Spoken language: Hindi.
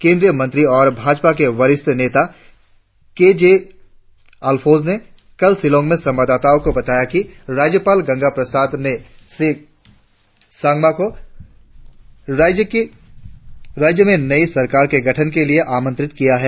केंद्रीय मंत्री और भाजपा के वरिष्ठ नेता के जे अलफोंस ने कल शिलंग में संवाददाताओं को बताया कि राज्यपाल गंगा प्रसाद ने श्री संगमा को राज्य में नई सरकार के गठन के लिए आमंत्रित किया है